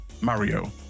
Mario